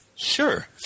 Sure